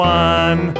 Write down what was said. one